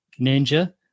Ninja